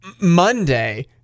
Monday